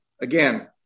again